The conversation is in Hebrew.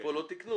אז פה לא תיקנו?